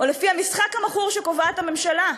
או לפי המשחק המכור שקובעת הממשלה.